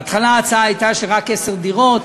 בהתחלה ההצעה הייתה רק עשר דירות.